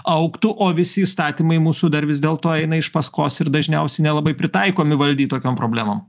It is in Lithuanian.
augtų o visi įstatymai mūsų dar vis dėlto eina iš paskos ir dažniausiai nelabai pritaikomi valdyt tokiom problemom